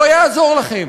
לא יעזור לכם.